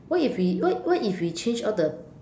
what if we what if we change all the